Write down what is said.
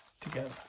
together